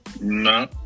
No